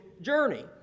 journey